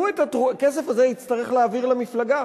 הוא את הכסף הזה יצטרך להעביר למפלגה.